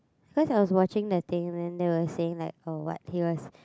cause I was watching that thing and they were saying like oh what he was